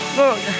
look